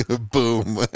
Boom